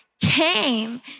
came